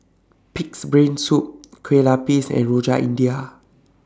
Pig'S Brain Soup Kueh Lupis and Rojak India